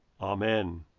Amen